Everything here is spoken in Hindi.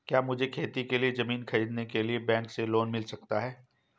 क्या मुझे खेती के लिए ज़मीन खरीदने के लिए बैंक से लोन मिल सकता है?